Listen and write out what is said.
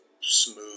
smooth